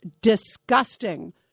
disgusting